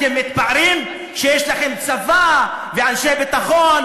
אתם מתפארים שיש לכם צבא ואנשי ביטחון,